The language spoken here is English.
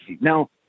Now